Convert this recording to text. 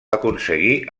aconseguir